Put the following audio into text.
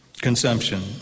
consumption